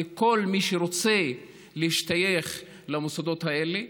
לכל מי שרוצה להשתייך למוסדות האלה.